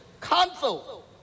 council